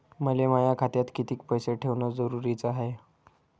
मले माया खात्यात कितीक पैसे ठेवण जरुरीच हाय?